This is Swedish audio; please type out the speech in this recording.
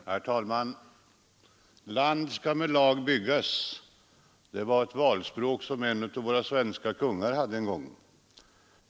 lagstiftningen, Herr talman! ”Land skall med lag byggas” var det valspråk som en av m.m. våra svenska kungar en gång hade.